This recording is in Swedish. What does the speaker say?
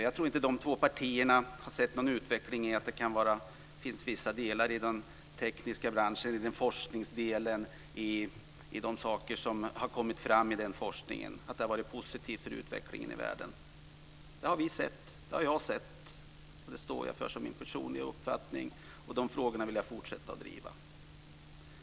Jag tror inte att de två partierna har sett att det har kommit fram positiva delar i den tekniska branschen och i forskningen som har varit positiv för utvecklingen i världen. Det har vi sett. Det har jag sett. Det står jag för som min personliga uppfattning. De frågorna vill jag fortsätta att driva.